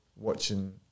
watching